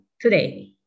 today